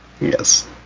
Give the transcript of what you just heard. Yes